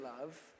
love